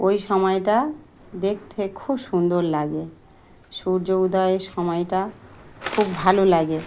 ওই সময়টা দেখতে খুব সুন্দর লাগে সূর্য উদয়ের সময়টা খুব ভালো লাগে